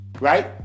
Right